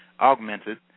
augmented